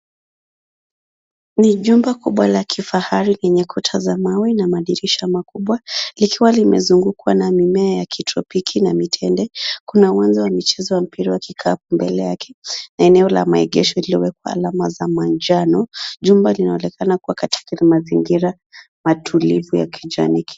Ni jumba kubwa la kifahari enye kuta za mawe na madirisha makubwa likiwa limezungukwa na mimea ya kitropiki na mitende, kuna uwanja wa michezo ya mpira wa kikapu mbele yake na eneo la maegesho lililowekwa alama za manjano. Jumba linaonekana kuwa kataika mazingira matulivu ya kijani kibichi.